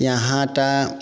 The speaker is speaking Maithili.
यहाँ टा